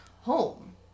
home